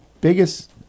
biggest